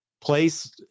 place